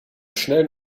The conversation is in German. schnellen